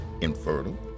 infertile